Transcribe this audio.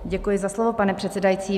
Děkuji za slovo, pane předsedající.